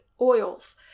oils